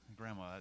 Grandma